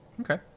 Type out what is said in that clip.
Okay